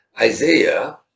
Isaiah